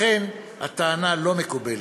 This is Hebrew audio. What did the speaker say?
לכן הטענה לא מקובלת.